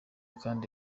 kandi